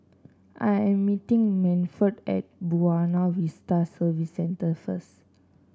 I am meeting Manford at Buona Vista Service Centre first